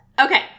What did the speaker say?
Okay